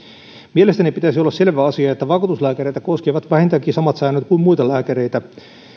mielestäni pitäisi olla selvä asia että vakuutuslääkäreitä koskevat vähintäänkin samat säännöt kuin muita lääkäreitä